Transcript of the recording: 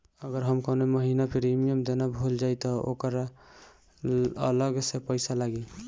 अगर हम कौने महीने प्रीमियम देना भूल जाई त ओकर अलग से पईसा लागी?